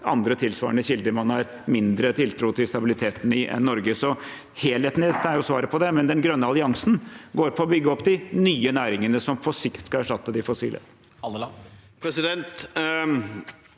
andre tilsvarende kilder som man har mindre tiltro til stabiliteten til enn man har til Norge. Helheten i dette er svaret, men den grønne alliansen går på å bygge opp de nye næringene som på sikt skal erstatte de fossile.